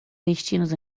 destinos